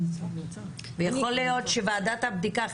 יכול להיות שוועדת הבדיקה,